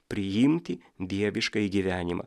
priimti dieviškąjį gyvenimą